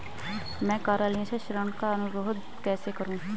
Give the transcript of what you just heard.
मैं कार्यालय से ऋण का अनुरोध कैसे करूँ?